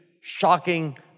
shocking